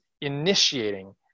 initiating